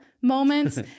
moments